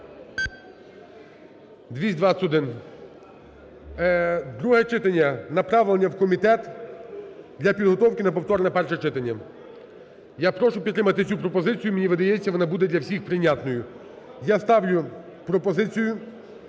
Друге читання, направлення в комітет для підготовки на повторне перше читання. Я прошу підтримати цю пропозицію. Мені видається, вона буде для всіх прийнятною. Я ставлю пропозицію,